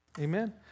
Amen